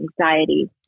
anxiety